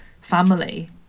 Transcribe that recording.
family